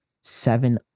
seven